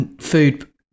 food